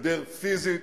לגדר פיזית